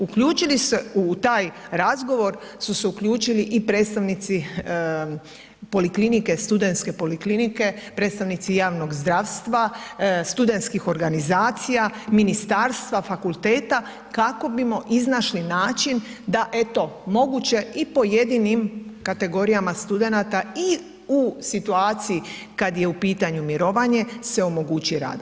Uključi li se u taj razgovor su se uključili i predstavnici studentske poliklinike, predstavnici javnog zdravstva, studentskih organizacija, ministarstva, fakulteta kako bimo iznašli način da eto moguće i pojedinim kategorijama studenata i u situaciji kad je u pitanju mirovanje se omogući rad.